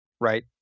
right